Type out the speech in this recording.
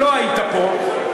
לא היית פה,